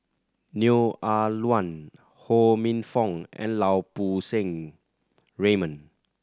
Neo Ah Luan Ho Minfong and Lau Poo Seng Raymond